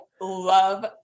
love